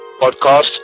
Podcast